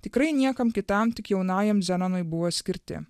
tikrai niekam kitam tik jaunajam zenonui buvo skirti